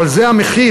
אבל זה המחיר.